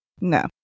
No